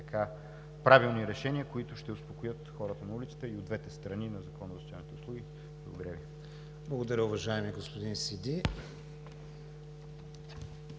правилни решения, които ще успокоят хората на улицата и от двете страни на Закона за